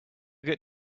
good